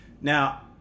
Now